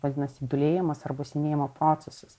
vadinasi dūlėjimas arba senėjimo procesas